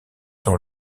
dans